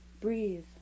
Breathe